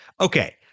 Okay